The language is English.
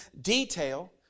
detail